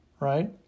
right